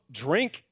drink